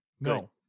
No